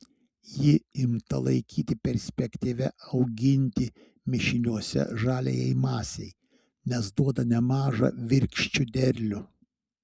ji imta laikyti perspektyvia auginti mišiniuose žaliajai masei nes duoda nemažą virkščių derlių